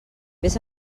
vés